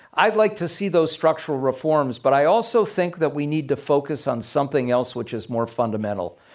i'd like to see those structural reforms. but i also think that we need to focus on something else which is more fundamental,